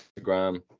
Instagram